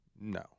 No